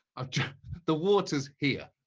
ah the water is here.